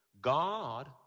God